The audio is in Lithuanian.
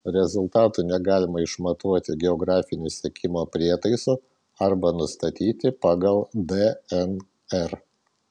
rezultatų negalima išmatuoti geografiniu sekimo prietaisu arba nustatyti pagal dnr